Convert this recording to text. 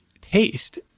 taste